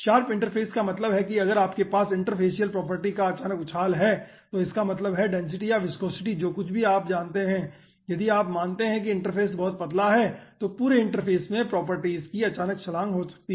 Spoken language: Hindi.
शार्प इंटरफेस का मतलब है कि अगर आपके पास इंटरफेशियल प्रॉपर्टी का अचानक उछाल है तो इसका मतलब है डेंसिटी या विस्कॉसिटी जो कुछ भी आप मानते हैं यदि आप मानते हैं कि इंटरफ़ेस बहुत पतला है तो पूरे इंटरफ़ेस में प्रॉपर्टीज की अचानक छलांग होगी